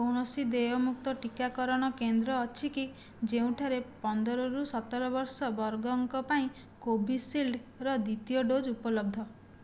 କୌଣସି ଦେୟମୁକ୍ତ ଟିକାକରଣ କେନ୍ଦ୍ର ଅଛି କି ଜେଉଁଠାରେ ପନ୍ଦରରୁ ସତର ବର୍ଷ ବର୍ଗଙ୍କ ପାଇଁ କୋଭିସିଲ୍ଡ୍ର ଦ୍ୱିତୀୟ ଡୋଜ୍ ଉପଲବ୍ଧ